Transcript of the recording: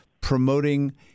promoting